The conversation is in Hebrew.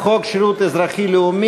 חוק שירות לאומי-אזרחי,